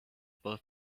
both